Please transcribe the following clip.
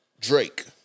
Drake